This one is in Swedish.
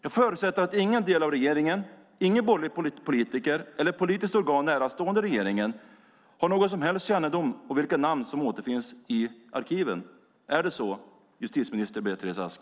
Jag förutsätter att ingen del av regeringen, ingen borgerlig politiker och inget politiskt organ närstående regeringen har någon som helst kännedom om vilka namn som återfinns i arkiven. Är det så, justitieminister Beatrice Ask?